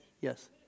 Yes